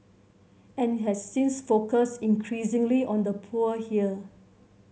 any has since focused increasingly on the poor here